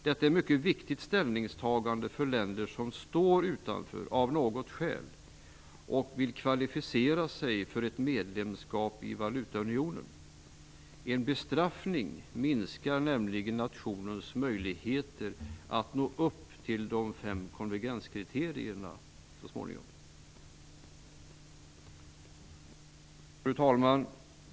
Detta är ett mycket viktigt ställningstagande för länder som av något skäl står utanför men som vill kvalificera sig för ett medlemskap i valutaunionen. En bestraffning minskar nämligen nationens möjligheter att så småningom nå upp till de fem konvergenskriterierna. Fru talman!